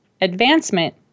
advancement